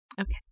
Okay